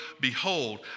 behold